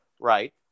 right